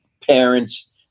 parents